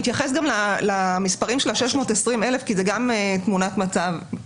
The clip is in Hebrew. אתייחס גם למספרים של 620,000 כי זה גם תמונת מצב,